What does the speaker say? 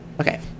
Okay